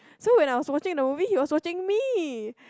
so when I was watching the movie he was watching me